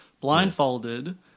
blindfolded